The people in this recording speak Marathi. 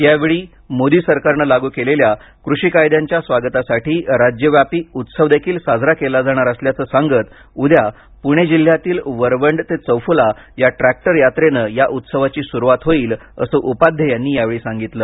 यावेळी मोदी सरकारने लागू केलेल्या कृषी कायद्यांच्या स्वागतासाठी राज्यव्यापी उत्सवदेखील साजरा केला जाणार असल्याचं सांगत उद्या पुणे जिल्ह्यातील वरवंड ते चौफुला या ट्रॅक्टर यात्रेने या उत्सवाची सुरुवात होईल असं उपाध्ये यांनी यावेळी सांगितलं